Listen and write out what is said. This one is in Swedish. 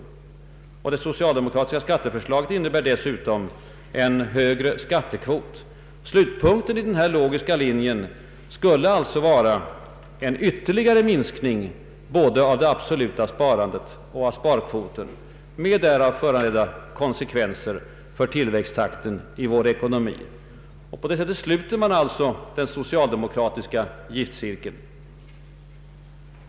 Det socialdemokratiska skatteförslaget innebär dessutom en högre skattekvot. Slutpunkten på den logiska linjen skulle alltså vara en ytterligare minskning av både det absoluta sparandet och sparkvoten med därav föranledda konsekvenser för tillväxttakten i vår ekonomi. På det sättet sluter man alltså den socialdemokratiska ”giftcirkeln”.